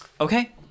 Okay